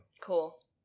Cool